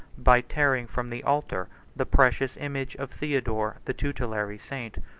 by tearing from the altar the precious image of theodore, the tutelary saint.